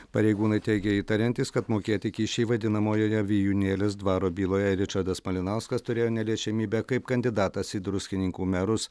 pareigūnai teigė įtariantys kad mokėti kyšiai vadinamojoje vijūnėlės dvaro byloje ričardas malinauskas turėjo neliečiamybę kaip kandidatas į druskininkų merus